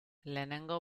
lehenengo